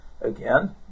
again